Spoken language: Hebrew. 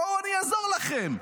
בואו אני אעזור לכם.